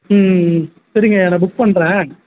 ம் ம் ம் சரிங்கய்யா நான் புக் பண்ணுறேன்